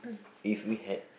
if we had